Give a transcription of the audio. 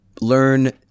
learn